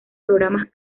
programas